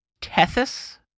Tethys